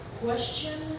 question